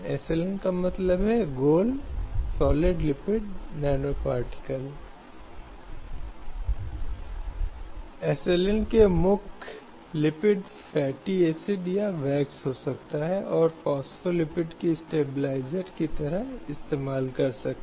अब इसे अनुचित और जीवन के अधिकार का उल्लंघन भी माना जाने लगा जहाँ किसी व्यक्ति के संबंध में अंतरंग विवरण के बारे में इस तरह के व्यक्तिगत प्रश्न नहीं पूछे जा सकते